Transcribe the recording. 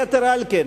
יתר על כן,